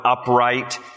upright